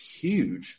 huge